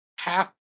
half